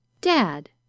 Dad